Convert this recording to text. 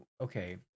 Okay